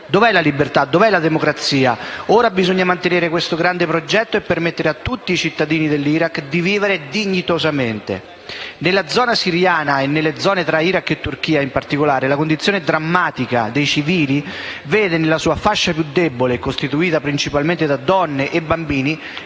dov'è la libertà; dov'è la democrazia. E dice che ora bisogna mantenere questo grande progetto e permettere a tutti i cittadini dell'Iraq di vivere dignitosamente. Nella zona siriana e nelle zone tra Iraq e Turchia in particolare, la condizione drammatica dei civili vede nella sua fascia più debole, costituita principalmente da donne e bambini,